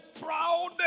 proud